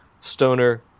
Stoner